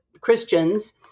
Christians